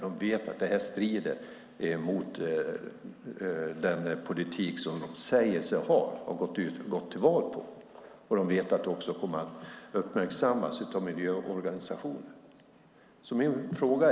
Man vet att det strider mot den politik som man säger sig ha och som man har gått till val på. Man vet att det kommer att uppmärksammas av miljöorganisationer.